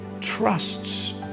trusts